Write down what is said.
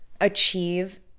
achieve